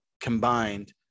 combined